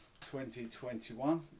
2021